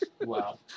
Wow